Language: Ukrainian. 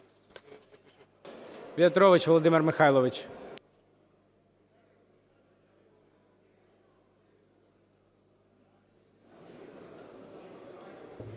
В'ятрович Володимир Михайлович.